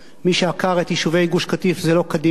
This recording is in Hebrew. מי שעקר את יישובי גוש-קטיף זה לא קדימה.